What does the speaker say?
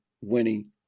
winning